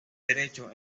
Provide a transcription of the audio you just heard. derecho